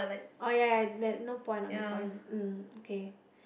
oh ya ya that no point ah no point mm okay